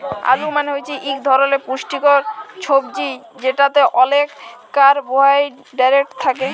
আলু মালে হছে ইক ধরলের পুষ্টিকর ছবজি যেটতে অলেক কারবোহায়ডেরেট থ্যাকে